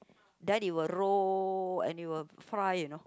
then it will roll and you will fry you know